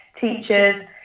teachers